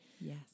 Yes